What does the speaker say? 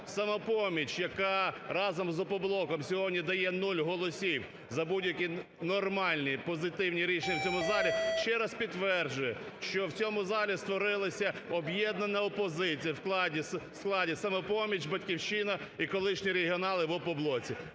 "Самопоміч", яка разом з "Опоблоком" сьогодні дає нуль голосів за будь-які нормальні, позитивні рішення в цьому залі, ще раз підтверджує, що в цьому залі створилася об'єднана опозиція у складі "Самопоміч", "Батьківщина" і колишні регіонали в "Опоблоці".